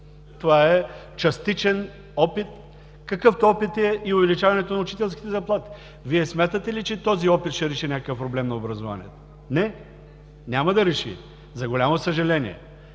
Това е частичен опит, какъвто опит е и увеличаването на учителските заплати. Вие смятате ли, че този опит ще реши някакъв проблем на образованието? Не, няма да реши, за голямо съжаление.